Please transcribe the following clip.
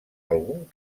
algun